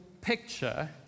picture